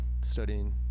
studying